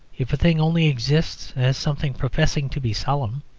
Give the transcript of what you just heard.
if a thing only exists as something professing to be solemn,